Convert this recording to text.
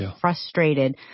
frustrated